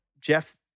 Jeff